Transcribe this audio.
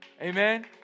amen